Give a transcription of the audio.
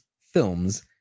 films